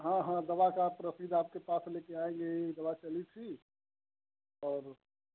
हाँ हाँ दवा की आप रसीद आपके पास लेकर आएँगे एक दवा चली थी और